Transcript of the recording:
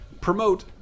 promote